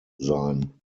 sein